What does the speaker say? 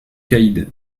caïd